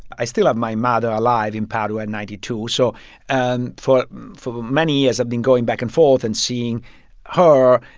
i still have my mother alive in padua ninety two. so and for for many years, i've been going back and forth and seeing her.